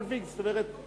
זאת אומרת,